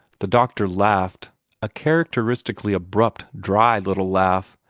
the doctor laughed a characteristically abrupt, dry little laugh,